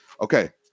Okay